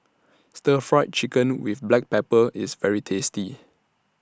Stir Fry Chicken with Black Pepper IS very tasty